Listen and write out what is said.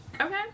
Okay